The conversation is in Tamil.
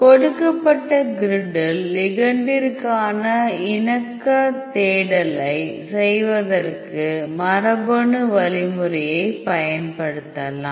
கொடுக்கப்பட்ட கிரிட்டில் லிகெண்டிற்கான இணக்க தேடலைச் செய்வதற்கு மரபணு வழிமுறையைப் பயன்படுத்தலாம்